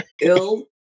ill